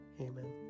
Amen